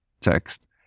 text